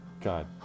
God